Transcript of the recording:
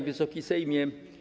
Wysoki Sejmie!